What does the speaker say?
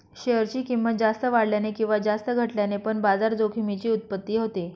share ची किंमत जास्त वाढल्याने किंवा जास्त घटल्याने पण बाजार जोखमीची उत्पत्ती होते